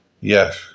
Yes